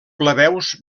plebeus